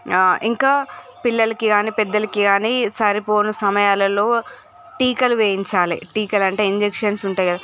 ఇంకా పిల్లలికి గానీ పెద్దలికి గానీ సరిపోయే సమయాలలో టీకాలు వేయించాలి టీకాలు అంటే ఇంజెక్షన్స్ ఉంటాయి కదా